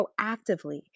proactively